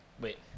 Wait